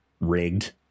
Rigged